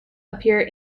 appear